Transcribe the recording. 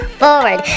forward